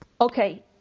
Okay